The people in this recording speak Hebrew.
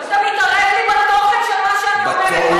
אתה מתערב לי בתוכן של מה שאני אומרת.